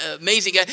amazing